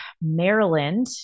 Maryland